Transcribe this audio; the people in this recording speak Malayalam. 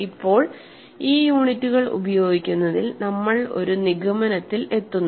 ഇപ്പോൾ ഈ യൂണിറ്റുകൾ ഉപയോഗിക്കുന്നതിൽ നമ്മൾ ഒരു നിഗമനത്തിൽ എത്തുന്നു